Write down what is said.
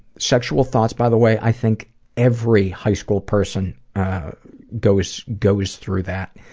sexual thoughts by the way, i think every high school person goes goes through that.